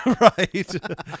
Right